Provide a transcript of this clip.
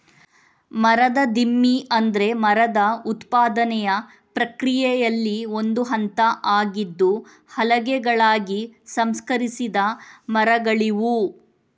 ಮರದ ದಿಮ್ಮಿ ಅಂದ್ರೆ ಮರದ ಉತ್ಪಾದನೆಯ ಪ್ರಕ್ರಿಯೆಯಲ್ಲಿ ಒಂದು ಹಂತ ಆಗಿದ್ದು ಹಲಗೆಗಳಾಗಿ ಸಂಸ್ಕರಿಸಿದ ಮರಗಳಿವು